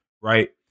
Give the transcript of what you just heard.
right